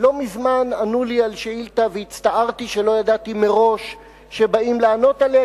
לא מזמן ענו לי על שאילתא והצטערתי שלא ידעתי מראש שבאים לענות עליה,